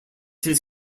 his